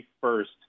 first